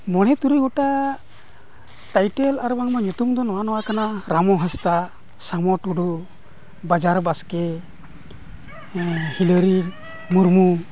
ᱢᱚᱬᱮ ᱛᱩᱨᱩᱭ ᱜᱚᱴᱟᱝ ᱴᱟᱭᱴᱮᱞ ᱟᱨ ᱧᱩᱛᱩᱢ ᱫᱚ ᱱᱚᱣᱟ ᱱᱚᱣᱟ ᱠᱟᱱᱟ ᱨᱟᱹᱢᱩ ᱦᱟᱸᱥᱫᱟ ᱥᱟᱹᱢᱩ ᱴᱩᱰᱩ ᱵᱟᱡᱟᱨ ᱵᱟᱥᱠᱮ ᱦᱤᱞᱟᱨᱤ ᱢᱩᱨᱢᱩ